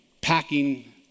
packing